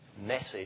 message